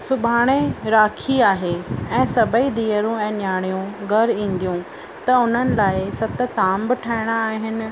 सुभाणे राखी आहे ऐं सभई धीअरूं ऐं नयाणियूं घर ईंदियूं त हुननि लाइ सत तांब ठाहिणा आहिनि